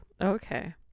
okay